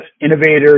innovators